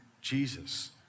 Jesus